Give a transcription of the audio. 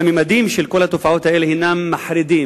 הממדים של כל התופעות האלה מחרידים,